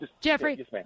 Jeffrey